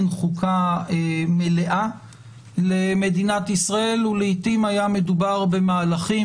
חוקה מלאה למדינת ישראל ולעיתים היה מדובר במהלכים